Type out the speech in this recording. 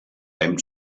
hem